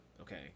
Okay